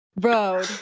road